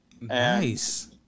Nice